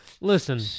listen